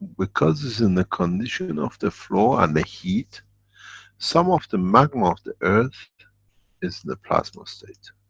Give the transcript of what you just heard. because is in the condition of the flow and the heat some of the magma of the earth is in the plasma-state.